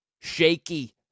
shaky